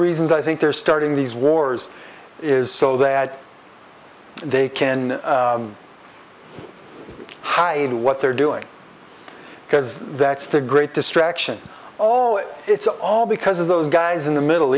reasons i think they're starting these wars is so that they can hide what they're doing because that's the great distraction all it it's all because of those guys in the middle